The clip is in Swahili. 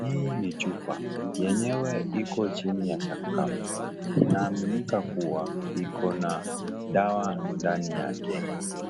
Hii ni chupa yenyewe iko chini ya sakafu inaaminika kuwa iko na dawa ndani yake